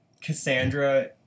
Cassandra